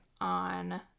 on